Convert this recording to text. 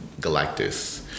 Galactus